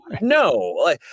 no